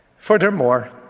Furthermore